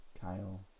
Kyle